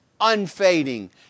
unfading